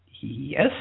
Yes